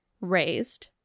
raised